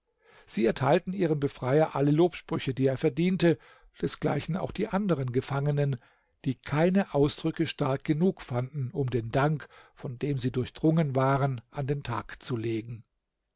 sie erteilten ihrem befreier alle lobsprüche die er verdiente desgleichen auch die anderen gefangenen die keine ausdrücke stark genug fanden um den dank von dem sie durchdrungen waren an den tag zu legen